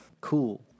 cool